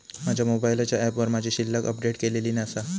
माझ्या मोबाईलच्या ऍपवर माझी शिल्लक अपडेट केलेली नसा